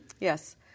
Yes